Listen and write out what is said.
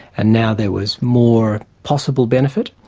and now there was more possible benefit,